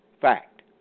fact